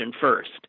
first